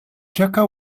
jaka